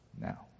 now